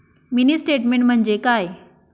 Mini statement म्हणजे काय?